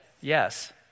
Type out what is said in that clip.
Yes